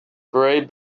grey